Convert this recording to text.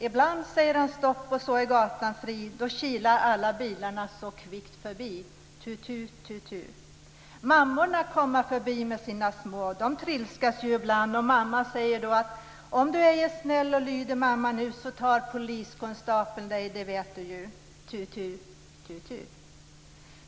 Ibland säger han stopp och så är gatan fri Då kilar alla bilarna så kvickt förbi - tut tut tut tut Mammorna komma förbi med sina små, de trilskas ju ibland och mamma säger då, att om du ej är snäll och lyder mamma nu så tar poliskonstapeln dig, det vet du ju - tut tut tut tut.